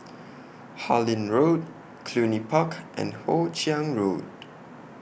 Harlyn Road Cluny Park and Hoe Chiang Road